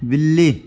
बिल्ली